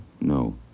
no